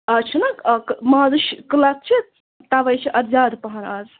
آز چھِنہٕ مازٕچ کٕلَت چھِ تَوَے چھِ اَتھ زیادٕ پَہَن آز